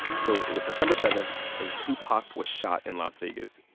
so it was september seven, and tupac was shot in las vegas.